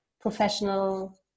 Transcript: professional